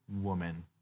woman